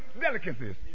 delicacies